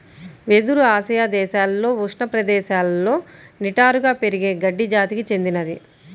వెదురు ఆసియా దేశాలలో ఉష్ణ ప్రదేశాలలో నిటారుగా పెరిగే గడ్డి జాతికి చెందినది